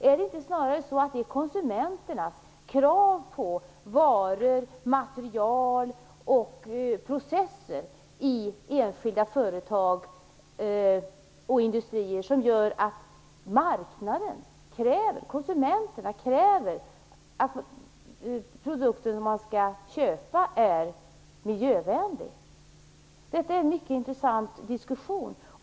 Är det inte snarare så att det är konsumenternas krav på varor, material och processer i enskilda företag och industrier som gör att marknaden kräver miljövänliga produkter? Detta är en mycket intressant diskussion.